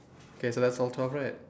k so that's all twelve right